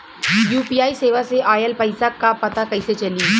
UPI सेवा से ऑयल पैसा क पता कइसे चली?